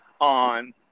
on